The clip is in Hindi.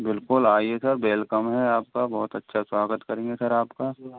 बिल्कुल आइए सर वेलकम है आपका बहुत अच्छा स्वागत करेंगे सर आपका